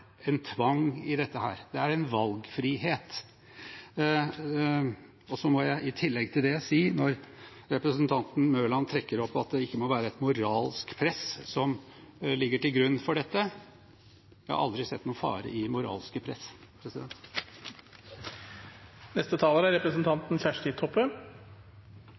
en tvang i dette, det er en valgfrihet. Og så må jeg i tillegg si, når representanten Mørland trekker fram at det ikke må være et moralsk press som ligger til grunn for dette: Jeg har aldri sett noen fare i moralske press.